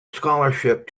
scholarship